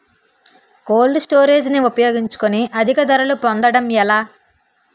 Cold storage ని ఉపయోగించుకొని అధిక ధరలు పొందడం ఎలా?